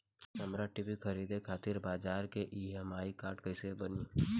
हमरा टी.वी खरीदे खातिर बज़ाज़ के ई.एम.आई कार्ड कईसे बनी?